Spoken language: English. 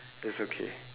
it's okay